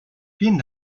vielen